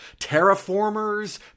Terraformers